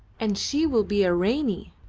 and she will be a ranee